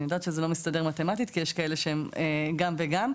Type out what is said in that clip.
אני יודעת שזה לא מסתדר טוב מתמטית כי יש כאלו שהם גם וגם,